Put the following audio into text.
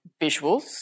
visuals